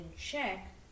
check